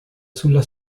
sulla